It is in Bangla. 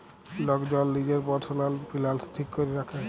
লক জল লিজের পারসলাল ফিলালস ঠিক ক্যরে রাখে